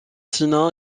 sinaï